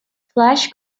flash